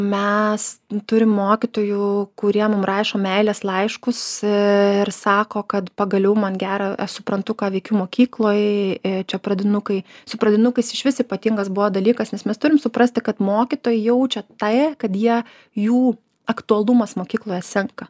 mes turime mokytojų kurie mum rašo meilės laiškus ir sako kad pagaliau man gera aš suprantu ką veikiu mokykloj čia pradinukai su pradinukais išvis ypatingas buvo dalykas nes mes turim suprasti kad mokytojai jaučia tai kad jie jų aktualumas mokykloje senka